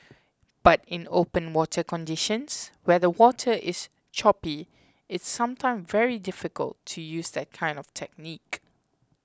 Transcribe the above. but in open water conditions where the water is choppy it's sometimes very difficult to use that kind of technique